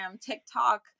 TikTok